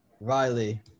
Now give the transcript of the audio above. Riley